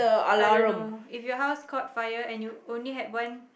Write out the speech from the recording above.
I don't know if your house caught fire and you only had one